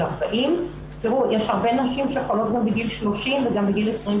40. יש הרבה נשים שחולות גם בגיל 30 וגם בגיל 25,